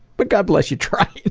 but god bless you trying it.